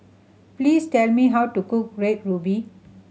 please tell me how to cook Red Ruby